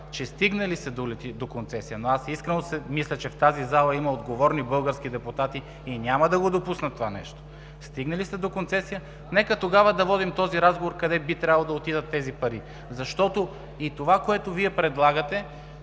че стигне ли се до концесия, но аз искрено мисля, че в тази зала има отговорни български депутати и няма да допуснат това нещо, но стигне ли се до концесия, нека тогава да водим разговора къде би трябвало да отидат тези пари. Защото и това, което Вие предлагате,